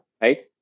right